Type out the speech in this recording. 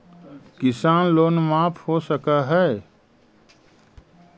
किसान लोन माफ हो सक है?